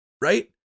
right